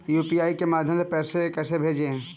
UPI के माध्यम से पैसे को कैसे भेजें?